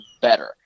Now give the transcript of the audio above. better